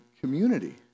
community